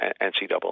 NCAA